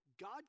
God